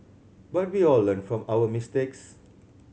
but we all learn from our mistakes